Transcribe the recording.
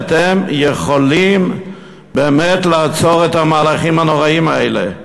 שאתם יכולים באמת לעצור את המהלכים הנוראיים האלה.